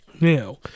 Now